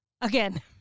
Again